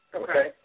okay